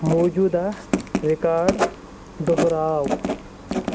موجوٗدہ record دوٚہراو